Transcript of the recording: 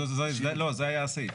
לא, זה היה הסעיף.